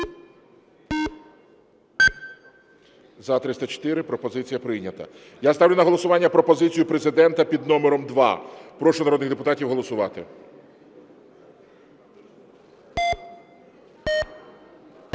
За-304 Пропозиція прийнята. Я ставлю на голосування пропозицію Президента під номером 2. Прошу народних депутатів голосувати.